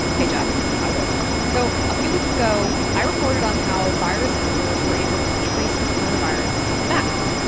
hey, geoff hi there so a few weeks ago, i reported on how virus hunters were able to trace the coronavirus to bats.